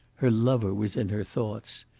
her lover was in her thoughts.